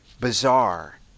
bizarre